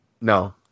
No